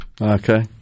Okay